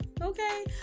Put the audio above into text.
okay